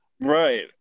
Right